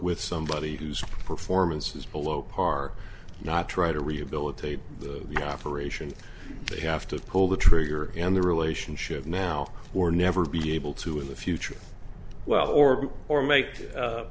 with somebody whose performance is below par not try to rehabilitate the operation they have to pull the trigger and the relationship now or never be able to in the future well or or make